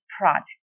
project